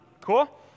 Cool